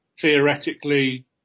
theoretically